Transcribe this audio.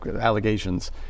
allegations